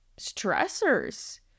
stressors